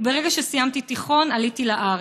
וברגע שסיימתי תיכון עליתי לארץ.